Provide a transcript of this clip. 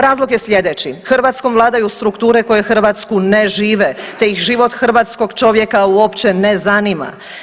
Razlog je slijedeći, Hrvatskom vladaju strukture koje Hrvatsku ne žive, te ih život hrvatskog čovjeka uopće ne zanima.